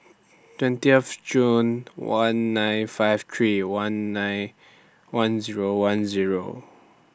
twentieth Jul one nine five three one nine one Zero one Zero